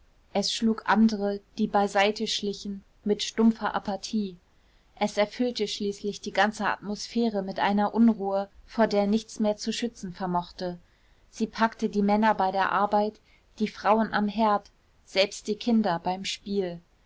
es schlug andere die beiseite schlichen mit stumpfer apathie es erfüllte schließlich die ganze atmosphäre mit einer unruhe vor der nichts mehr zu schützen vermochte sie packte die männer bei der arbeit die frauen am herd selbst die kinder beim spiel